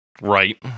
Right